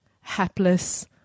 hapless